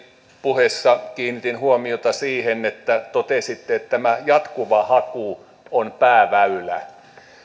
puheessa kiinnitin huomiota siihen että totesitte että tämä jatkuva haku on pääväylä minä